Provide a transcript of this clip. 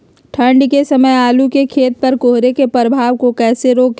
ठंढ के समय आलू के खेत पर कोहरे के प्रभाव को कैसे रोके?